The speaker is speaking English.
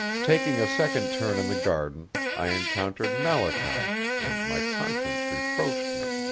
taking a second turn in the garden i encountered malachy, and my conscience reproached me.